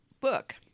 book